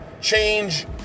Change